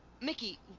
Mickey